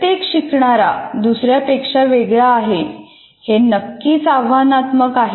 प्रत्येक शिकणारा दुसऱ्या पेक्षा वेगळा आहे हे नक्कीच आव्हानात्मक आहे